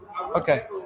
Okay